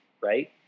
right